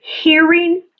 hearing